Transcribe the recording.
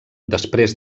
després